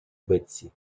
бетси